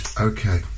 Okay